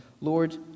Lord